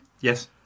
Yes